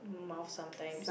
mouth sometimes